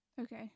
Okay